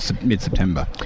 mid-September